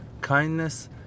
kindness